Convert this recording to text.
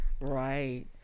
Right